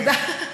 תודה.